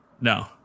No